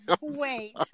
wait